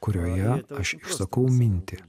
kurioje aš išsakau mintį